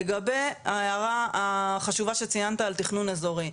לגבי ההערה החשובה שציינת על תכנון איזורי,